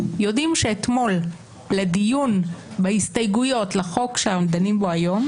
יודעים שלא הגעת אתמול לדיון בהסתייגויות לחוק שאנחנו דנים בו היום.